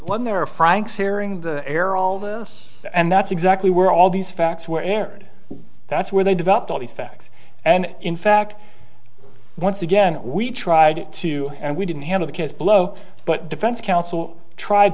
when they were frank's hearing the air all this and that's exactly were all these facts were aired that's where they developed all these facts and in fact once again we tried to and we didn't handle the case blow but defense counsel tried